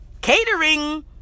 Catering